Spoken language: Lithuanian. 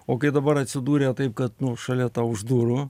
o kai dabar atsidūrė taip kad nu šalia tau už durų